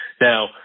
Now